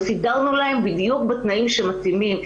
וסידרנו להן בדיוק בתנאים שמתאימים.